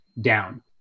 down